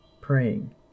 praying